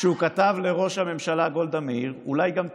כשאת תקראי את המכתב שהוא כתב לראש הממשלה גולדה מאיר אולי גם תביני.